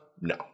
No